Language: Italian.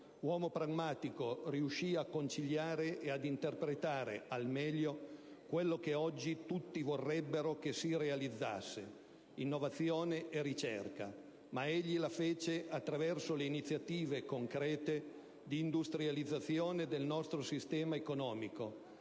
Uomo pragmatico, riuscì a conciliare e ad interpretare al meglio quello che oggi tutti vorrebbero che si realizzasse: innovazione e ricerca. Ma egli la fece attraverso le iniziative concrete di industrializzazione del nostro sistema economico,